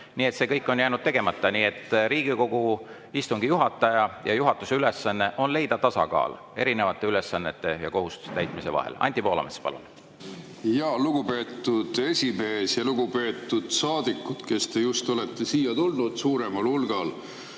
Nii et see kõik on jäänud tegemata. Riigikogu istungi juhataja ja juhatuse ülesanne on leida tasakaal erinevate ülesannete ja kohustuste täitmise vahel. Anti Poolamets, palun! Lugupeetud esimees! Lugupeetud saadikud, kes te just olete siia tulnud suuremal hulgal!